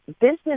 business